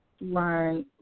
Right